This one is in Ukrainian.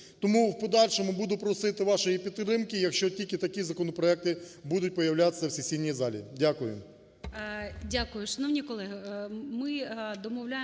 Тому в подальшому буду просити вашої підтримки, якщо тільки такі законопроекти будуть появлятися в сесійній залі. Дякую.